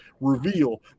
reveal